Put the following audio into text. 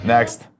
Next